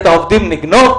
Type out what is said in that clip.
את העובדים נגנוב?